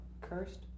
cursed